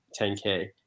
10K